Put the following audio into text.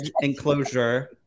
enclosure